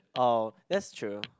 oh that's true